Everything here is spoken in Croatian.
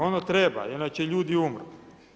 Ono treba, inače ljudi umru.